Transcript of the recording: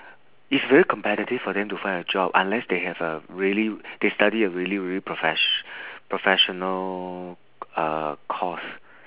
it's very competitive for them to find a job unless they have a really they study a really really profess~ professional uh course